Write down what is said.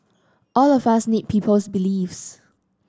all of us need people's beliefs